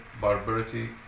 barbarity